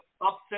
upset